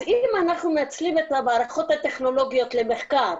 אז אם אנחנו מנצלים את המערכות הטכנולוגיות למחקר